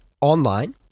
online